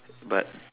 but